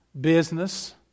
business